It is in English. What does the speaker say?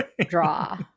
draw